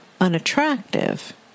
unattractive